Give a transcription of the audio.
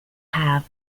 have